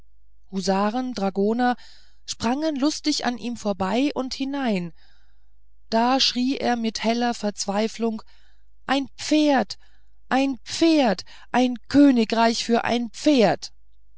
husaren dragoner sprangen lustig bei ihm vorbei und hinein da schrie er auf in heller verzweiflung ein pferd ein pferd ein königreich für ein pferd